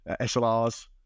slrs